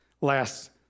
Last